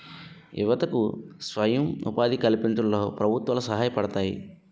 యువతకు స్వయం ఉపాధి కల్పించడంలో ప్రభుత్వాలు సహాయపడతాయి